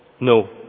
No